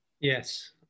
yes